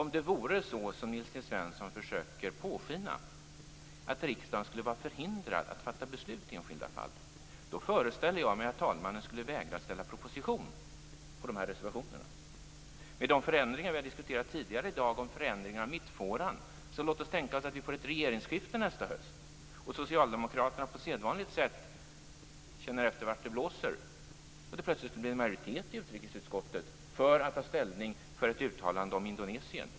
Om det vore så som Nils T Svensson försöker påskina, att riksdagen skulle vara förhindrad att fatta beslut i enskilda fall, föreställer jag mig att talmannen skulle vägra att ställa proposition på reservationerna. Med förändringar av mittfåran som vi har diskuterat tidigare i dag: Låt oss tänka oss att vi får ett regeringsskifte nästa höst, och Socialdemokraterna på sedvanligt sätt känner efter vart det blåser, och det plötsligt blir en majoritet i utrikesutskottet att ta ställning för ett uttalande om Indonesien.